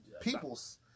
peoples